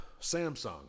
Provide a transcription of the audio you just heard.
Samsung